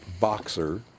boxer